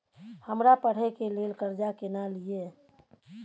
हमरा पढ़े के लेल कर्जा केना लिए?